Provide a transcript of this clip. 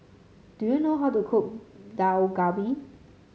do you know how to cook Dak Galbi